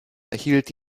erhielt